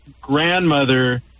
grandmother